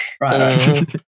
Right